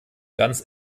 ganz